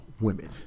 women